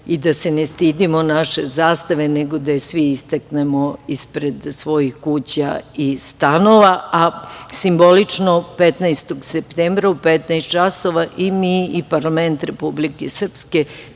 i da se ne stidimo naše zastave, nego da je svi istaknemo ispred svojih kuća i stanova, a simbolično 15. septembra, u 15.00 časova, i mi i parlament Republike Srpske